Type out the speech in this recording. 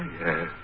yes